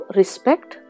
respect